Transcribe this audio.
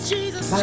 Jesus